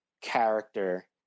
character